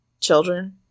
children